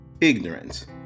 ignorance